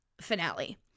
finale